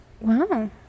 Wow